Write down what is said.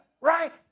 right